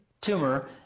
tumor